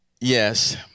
Yes